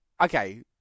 Okay